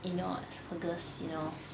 in your organs you know